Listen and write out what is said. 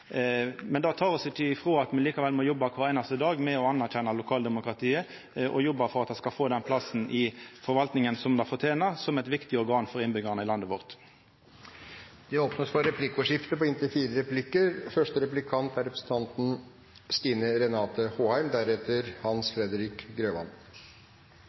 Men det tek ikkje frå oss at me likevel må jobba kvar einaste dag med å anerkjenna lokaldemokratiet og jobba for at det skal få den plassen i forvaltinga som det fortener, som eit viktig organ for innbyggjarane i landet vårt. Det blir replikkordskifte. Det var mange fine ord om lokaldemokrati og velferd ute i det ganske land. Men jeg savner perspektivet som vi i Arbeiderpartiet mener er